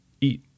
eat